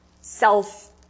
self